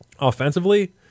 offensively